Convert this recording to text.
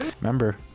Remember